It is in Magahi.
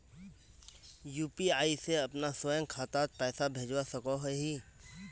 यु.पी.आई से अपना स्वयं खातात पैसा भेजवा सकोहो ही?